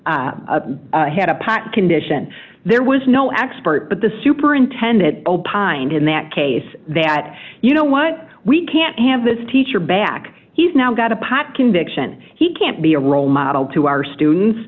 pot had a pot condition there was no expert but the superintendent opined in that case that you know what we can't have this teacher back he's now got a pot conviction he can't be a role model to our students